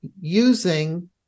using